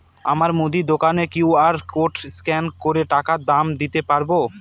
আমার মুদি দোকানের কিউ.আর কোড স্ক্যান করে টাকা দাম দিতে পারব?